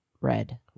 Red